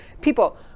People